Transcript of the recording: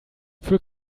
für